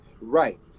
Right